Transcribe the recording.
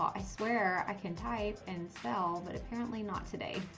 i swear i can type and so but apparently not today.